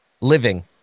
Living